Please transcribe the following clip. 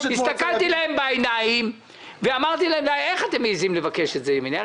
הסתכלתי להם בעיניים ואמרתי להם: איך אתם מעיזים לבקש את זה ממני?